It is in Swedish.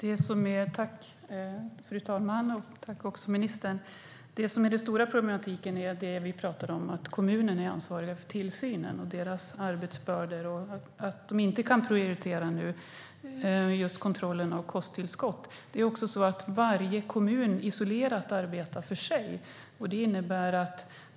Fru talman! Ministern! Det som är den stora problematiken när det gäller det vi pratar om är att kommunerna är ansvariga för tillsynen och att deras arbetsbördor gör att de inte just nu kan prioritera kontrollen av kosttillskott. Det är också så att varje kommun arbetar isolerat för sig.